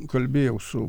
kalbėjau su